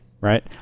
right